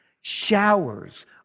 showers